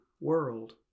world